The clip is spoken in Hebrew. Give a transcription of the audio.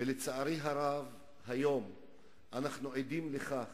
ולצערי הרב היום אנחנו עדים לכך